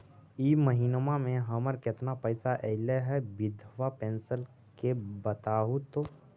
इ महिना मे हमर केतना पैसा ऐले हे बिधबा पेंसन के बताहु तो?